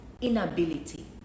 inability